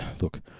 look